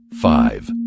five